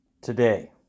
today